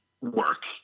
work